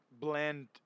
blend